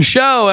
Show